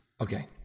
Okay